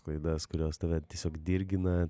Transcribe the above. klaidas kurios tave tiesiog dirgina